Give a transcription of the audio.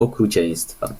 okrucieństwa